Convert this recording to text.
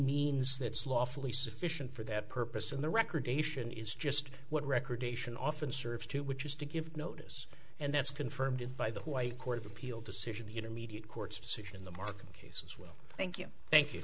means that's lawfully sufficient for that purpose in the record ation is just what record ation often serves to which is to give notice and that's confirmed by the white court of appeal decision the intermediate court's decision in the markham case will thank you thank you